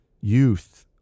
youth